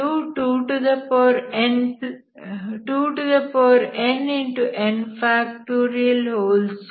22n1